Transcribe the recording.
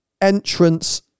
entrance